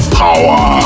power